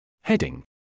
Heading